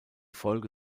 folge